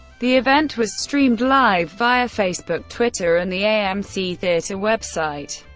the event was streamed live via facebook, twitter, and the amc theatre website,